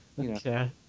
Okay